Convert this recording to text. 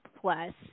plus